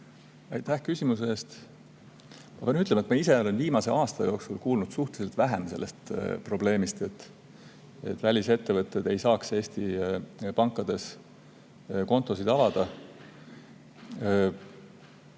Aitäh küsimuse eest! Ma pean ütlema, et ma ise olen viimase aasta jooksul suhteliselt vähe kuulnud sellest probleemist, et välisettevõtted ei saa Eesti pankades kontosid avada.